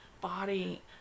body